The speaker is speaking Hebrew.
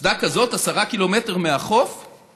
אסור לזהם את כדור הארץ גם כשזה לא פוגע בתושבים,